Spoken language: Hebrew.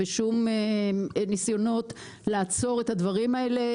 ושום ניסיונות לעצור את הדברים האלה.